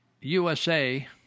USA